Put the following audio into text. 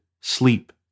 sleep